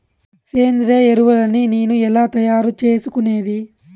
సేంద్రియ ఎరువులని నేను ఎలా తయారు చేసుకునేది?